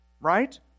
right